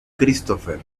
christopher